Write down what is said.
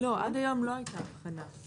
עד היום לא הייתה הבחנה.